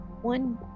One